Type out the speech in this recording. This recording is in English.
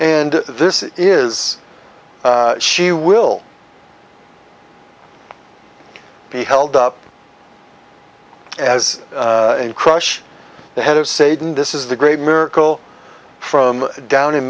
and this is she will be held up as in crush the head of satan this is the great miracle from down in